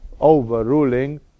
overruling